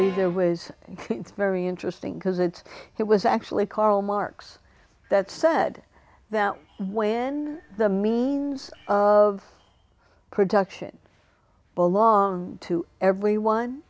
there was very interesting because it it was actually karl marx that said that when the means of production belong to everyone